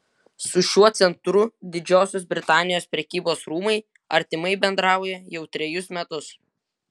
su šiuo centru didžiosios britanijos prekybos rūmai artimai bendrauja jau trejus metus